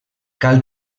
cal